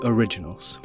Originals